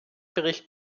bericht